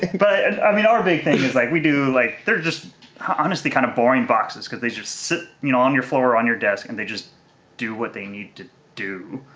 but i mean, our big thing is like we do like they're just honestly kind of boring boxes because they just sit you know on your floor or on your desk and they just do what they need to do.